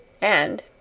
And